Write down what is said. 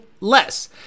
less